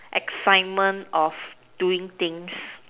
excitement of doing things